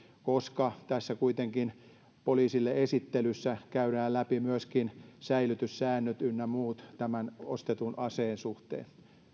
koska tässä esittelyssä poliisille kuitenkin käydään läpi myöskin säilytyssäännöt ynnä muut tämän ostetun aseen suhteen